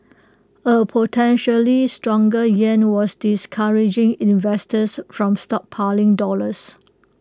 A potentially stronger yuan was discouraging investors from stockpiling dollars